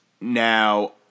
Now